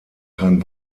kein